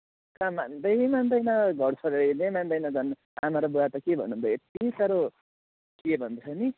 कहाँ मान्दै मान्दैन घर छोडेर हिँड्न मान्दैन झन् आमा र बुवा त के भन्नु अब यति साह्रो के भन्दछ नि